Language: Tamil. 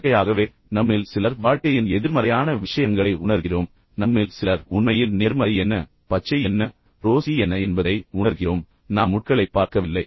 இயற்கையாகவே நம்மில் சிலர் வாழ்க்கையின் எதிர்மறையான விஷயங்களை உண்மையில் உணர்கிறோம் நம்மில் சிலர் உண்மையில் நேர்மறை என்ன பச்சை என்ன ரோஸி என்ன என்பதை உணர்கிறோம் பின்னர் நாம் முட்களைப் பார்க்கவில்லை